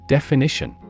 Definition